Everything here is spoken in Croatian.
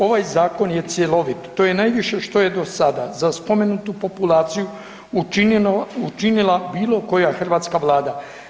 Ovaj zakon je cjelovit, to je najviše što je do sada za spomenutu populaciju učinila bilokoja hrvatska Vlada.